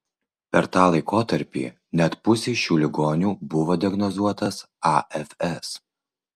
per tą laikotarpį net pusei šių ligonių buvo diagnozuotas afs